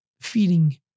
feeding